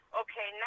okay